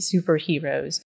superheroes